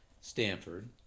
Stanford